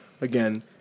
again